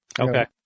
Okay